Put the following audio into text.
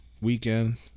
weekend